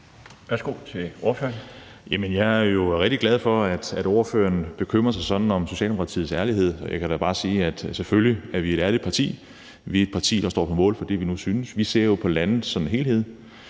Roug (S): Jamen jeg er jo rigtig glad for, at ordføreren bekymrer sig sådan om Socialdemokratiets ærlighed, og jeg kan da bare sige, at vi selvfølgelig er et ærligt parti. Vi er et parti, der står på mål for det, vi nu synes. Vi ser jo på landet som helhed.